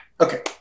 Okay